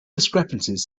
discrepancies